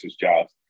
jobs